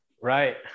Right